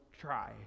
try